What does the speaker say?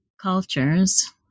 cultures